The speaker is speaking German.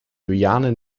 juliane